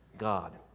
God